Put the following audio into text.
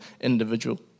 individual